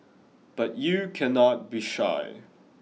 but you cannot be shy